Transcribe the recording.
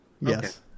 Yes